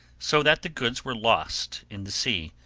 so that the goods were lost in the sea